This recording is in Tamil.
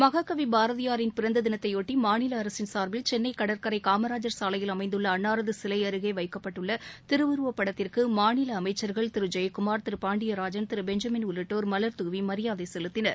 மகாகவி பாரதியாரின் பிறந்த தினத்தையொட்டி மாநில அரசின் சார்பில் சென்னை கடற்கரை காமராஜர் சாலையில் அமைந்துள்ள அன்னாரது சிலை அருகே வைக்கப்பட்டுள்ள திருவுருவப் படத்திற்கு மாநில அமைச்சர்கள் திரு ஜெயக்குமார் திரு பாண்டியராஜன் திரு பெஞ்சமின் உள்ளிட்டோா் மலாதூவி மரியாதை செலுத்தினர்